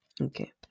okay